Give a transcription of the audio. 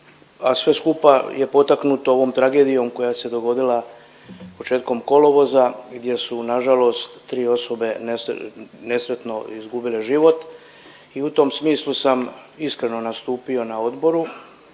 a sve skupa je potaknuto ovom tragedijom koja se dogodila početkom kolovoza gdje su na žalost tri osobe nesretno izgubile život. I u tom smislu sam iskreno nastupio na odboru